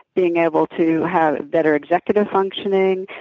being able to have better executive functioning,